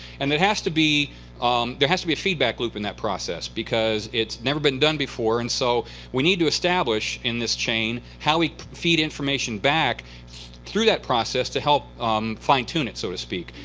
and it has to be there has to be a feedback loop in that process because it's never been done before. and so we need to establish in this chain how we feed information back through that process to help fine-tune it, so to speak.